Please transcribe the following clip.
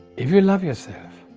if you love yourself,